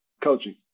coaching